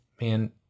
man